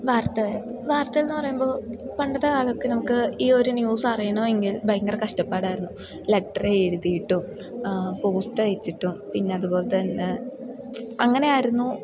വാർത്തകൾ വാർത്തകളെന്നു പറയുമ്പോൾ പണ്ടത്തെ കാലമൊക്കെ നമുക്ക് ഈ ഒരു ന്യൂസ് അറിയണമെങ്കിൽ ഭയങ്കര കഷ്ടപ്പാടായിരുന്നു ലെറ്റർ എഴുതിയിട്ടും പോസ്റ്റ് അയച്ചിട്ടും പിന്നെ അതു പോലെ തന്നെ അങ്ങനെ ആയിരുന്നു